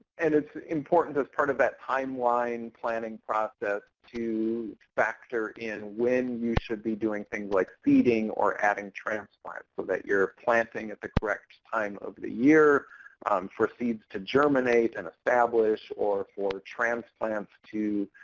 and it's important, as part of that timeline planning process, to factor in when you should be doing things like seeding or adding transplants so that you're planting at the correct time of the year for seeds to germinate and establish or for transplants to